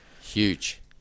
huge